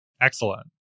Excellent